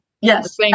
Yes